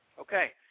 Okay